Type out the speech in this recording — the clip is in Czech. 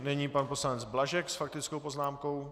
Nyní pan poslanec Blažek s faktickou poznámkou.